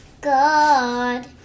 God